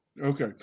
okay